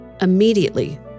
Immediately